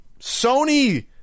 Sony